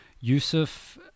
yusuf